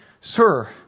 Sir